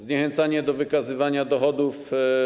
Zniechęcenie do wykazywania dochodów.